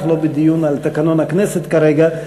אנחנו לא בדיון על תקנון הכנסת כרגע,